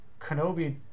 Kenobi